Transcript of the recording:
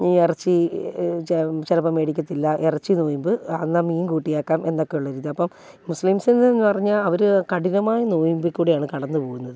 ഈ ഇറച്ചി ചിലപ്പോൾ മേടിക്കത്തില്ല ഇറച്ചി നൊയിമ്പ് അന്ന് ആ മീൻ കൂട്ടിയേക്കാം എന്നൊക്കെ ഉള്ളൊരിത് അപ്പം മുസ്ലീംസെന്ന് പറഞ്ഞാൽ അവർ കഠിനമായി നൊയിമ്പിൽക്കൂടിയാണ് കടന്നുപോകുന്നത്